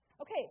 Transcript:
Okay